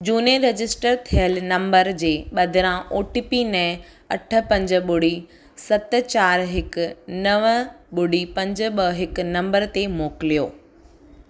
झूने रजिस्टर थियलु नंबर जे बदिरां ओ टी पी नएं अठ पंज ॿुड़ी सत चार हिकु नव ॿुड़ी पंज ॿ हिकु नंबर ते मोकिलियो